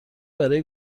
برای